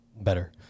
better